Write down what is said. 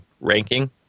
ranking